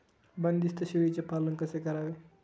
बंदिस्त शेळीचे पालन कसे करावे?